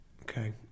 okay